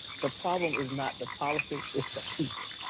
the problem is not the policy, it's the people,